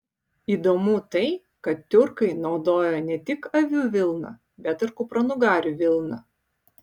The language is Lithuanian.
įdomu tai kad tiurkai naudojo ne tik avių vilną bet ir kupranugarių vilną